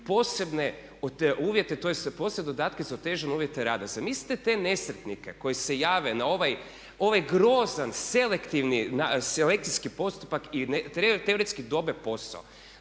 posebne te uvjete tj. posebne dodatke za otežane uvjete rada. Zamislite te nesretnike koji se jave na ovaj grozan, selekcijski postupak i teoretski dobiju posao,